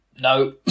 No